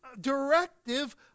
directive